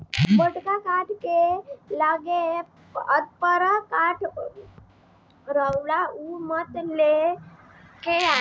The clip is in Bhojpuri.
मोटका काठ के लगे पतरको काठ राखल उ मत लेके अइहे